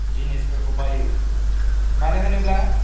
जिनिसफोरखौ बायो मानो होनोब्ला